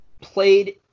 Played